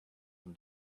from